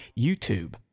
youtube